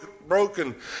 broken